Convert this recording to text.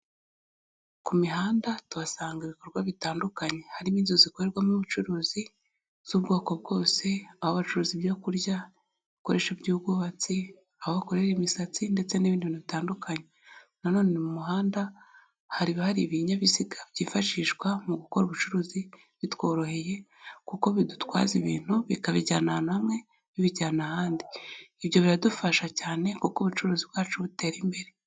Ku mihanda tuhasanga ibikorwa bitandukanye. Harimo inzu zikorerwamo ubucuruzi z'ubwoko bwose, aho bacuruza ibyo kurya, ibikoresho by'ubwubatsi, aho bakorera imisatsi, ndetse n'ibindi bintu bitandukanye. Nanone mu muhanda haba hari ibinyabiziga byifashishwa mu gukora ubucuruzi bitworoheye, kuko bidutwaza ibintu bikabivana ahantu hamwe bibijyana ahandi. Ibyo biradufasha cyane kuko ubucuruzi bwacu butera imbere.